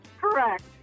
Correct